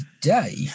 today